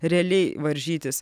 realiai varžytis